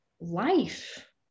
life